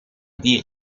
die